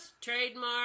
trademark